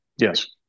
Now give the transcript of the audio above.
Yes